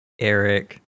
Eric